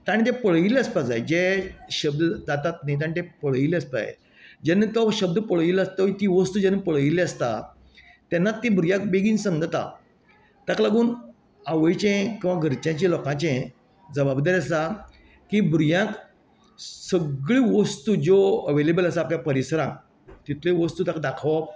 तांणी तें पळयल्ले आसपाक जाय जे शब्द जातात न्ही ताणी तें पळयल्ले आसपाक जाय जेन्ना तो शब्द पळयल्लो आसता ती वस्तूं जेन्ना पळयली आसता तेन्ना ती भुरग्यांक बेगीन समजता ताका लागून आवयचे किंवां घरच्याचे लोकांचे जबाबदारी आसा की भुरग्यांक सगळीं वस्तू ज्यो अवेलेबल आसा आपल्या परिसरांक तितल्यो वस्तूं ताका दाखोवप